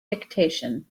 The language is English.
dictation